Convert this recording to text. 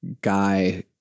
guy